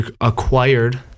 acquired